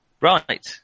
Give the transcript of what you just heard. Right